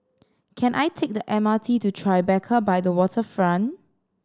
can I take the M R T to Tribeca by the Waterfront